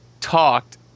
talked